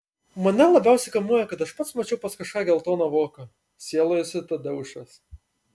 mane labiausiai kamuoja kad aš pats mačiau pas kažką geltoną voką sielojosi tadeušas